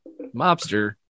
mobster